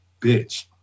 bitch